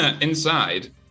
Inside